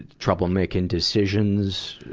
and trouble making decisions?